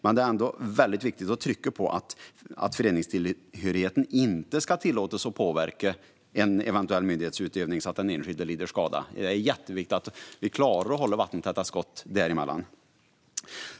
Men det är ändå väldigt viktigt att trycka på att föreningstillhörighet inte får tillåtas påverka eventuell myndighetsutövning så att den enskilde lider skada. Det är jätteviktigt att vi klarar att hålla vattentäta skott däremellan.